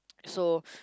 so